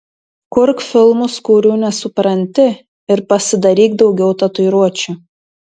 kurk filmus kurių nesupranti ir pasidaryk daugiau tatuiruočių